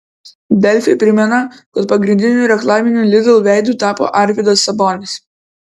delfi primena kad pagrindiniu reklaminiu lidl veidu tapo arvydas sabonis